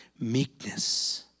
Meekness